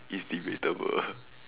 it's debatable